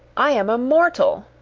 i am a mortal,